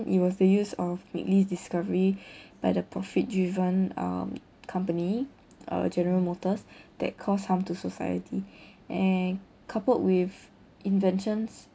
it was the use of midgley's discovery by the profit driven uh company uh general motors that cause harm to society and coupled with inventions